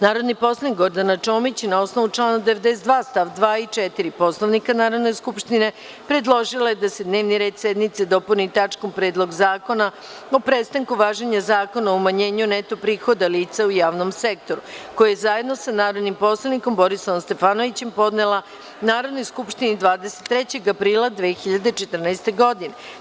Narodni poslanik Gordana Čomić, na osnovu člana 92. stavovi 2. i 4. Poslovnika Narodne skupštine, predložila je da se dnevni red sednice dopuni tačkom Predlog zakona o prestanku važenja Zakona o umanjenju neto prihoda lica u javnom sektoru, koji je zajedno sa narodnim poslanikom Borislavom Stefanovićem podnela Narodnoj skupštini 23. aprila 2014. godine.